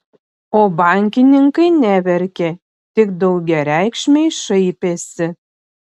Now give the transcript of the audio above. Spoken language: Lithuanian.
o bankininkai neverkė tik daugiareikšmiai šaipėsi